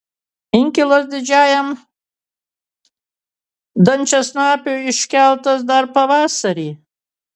inkilas didžiajam dančiasnapiui iškeltas dar pavasarį